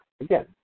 Again